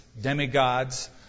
demigods